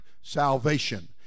salvation